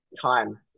time